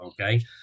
okay